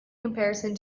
comparison